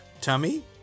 tummy